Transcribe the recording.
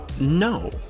No